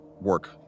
work